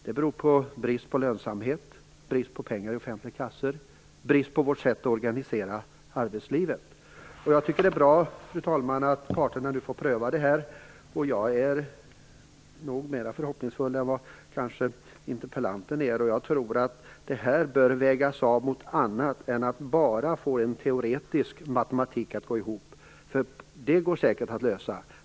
Det beror på brist på lönsamhet, brist på pengar i offentlig kassa och brister i vårt sätt att organisera arbetslivet. Jag tycker att det är bra, fru talman, att parterna nu får pröva frågan. Jag är nog mer förhoppningsfull än vad interpellanten kanske är. Jag tror att detta bör vägas mot något annat än att bara få en teoretisk matematik att gå ihop för det går säkert att lösa.